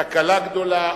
תקלה גדולה,